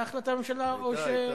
היתה החלטה בממשלה או, היתה.